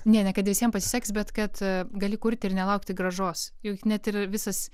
ne ne kad visiems pasiseks bet kad gali kurti ir nelaukti grąžos juk net ir visas